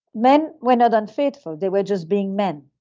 men were not unfaithful, they were just being men,